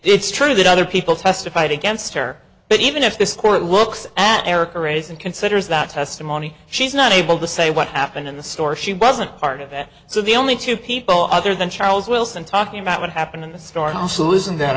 it's true that other people testified against her but even if this court looks at erik arrays and considers that testimony she's not able to say what happened in the store she wasn't part of it so the only two people other than charles wilson talking about what happened in the story also isn't that